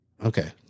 Okay